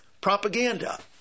propaganda